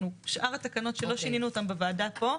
שאר התקנות שלא שינינו אותן בוועדה פה,